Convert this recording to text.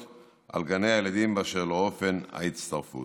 על גני הילדים באשר לאופן ההצטרפות.